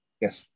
yes